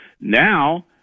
Now